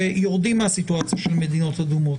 שיורדים מהסיטואציה של מדינות אדומות.